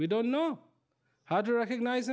we don't know how to recognize